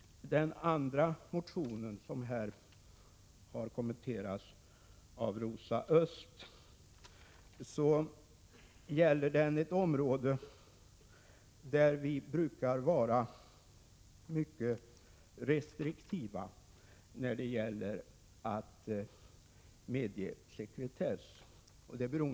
Den motion som här har kommenterats av Rosa Östh avser ett område där vi brukar vara mycket restriktiva när det gäller att medge sekretess.